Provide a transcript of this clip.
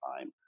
time